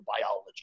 biology